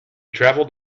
travelled